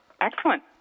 Excellent